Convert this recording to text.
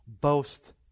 boast